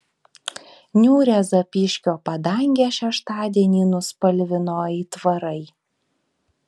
niūrią zapyškio padangę šeštadienį nuspalvino aitvarai